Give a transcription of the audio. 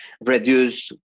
reduce